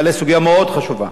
מעלה סוגיה מאוד חשובה.